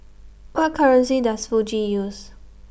What currency Does Fiji use